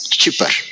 cheaper